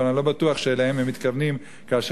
אבל אני לא בטוח שאליהם מתכוונים כאשר